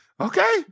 Okay